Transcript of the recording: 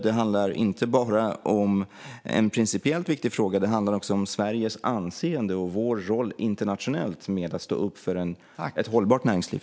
Det handlar inte bara om en principiellt viktig fråga utan om Sveriges anseende och vår roll internationellt när det gäller att stå upp för ett hållbart näringsliv.